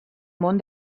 món